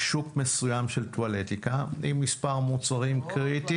שוק מסוים של טואלטיקה עם מספר מוצרים קריטי.